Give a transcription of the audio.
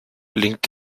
blinkt